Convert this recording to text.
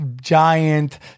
giant